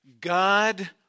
God